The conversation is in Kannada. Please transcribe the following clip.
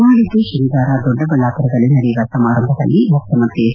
ನಾಳಿದ್ದು ಶನಿವಾರ ದೊಡ್ಡಬಳ್ಳಾಪುರದಲ್ಲಿ ನಡೆಯುವ ಸಮಾರಂಭದಲ್ಲಿ ಮುಖ್ಯಮಂತ್ರಿ ಎಚ್